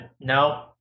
No